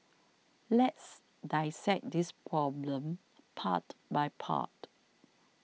let's dissect this problem part by part